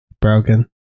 Broken